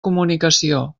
comunicació